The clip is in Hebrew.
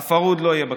הפרהוד לא יהיה בכנסת.